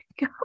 Go